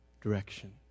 direction